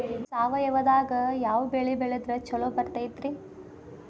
ಸಾವಯವದಾಗಾ ಯಾವ ಬೆಳಿ ಬೆಳದ್ರ ಛಲೋ ಬರ್ತೈತ್ರಿ?